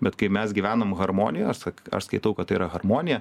bet kai mes gyvenom harmonijos ak aš skaitau kad tai yra harmonija